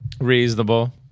Reasonable